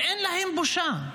אין להם בושה,